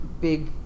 big